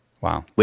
Wow